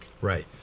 right